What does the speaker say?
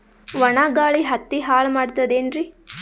ಒಣಾ ಗಾಳಿ ಹತ್ತಿ ಹಾಳ ಮಾಡತದೇನ್ರಿ?